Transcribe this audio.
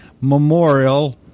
Memorial